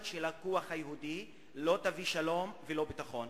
של הכוח היהודי לא יביאו שלום ולא ביטחון,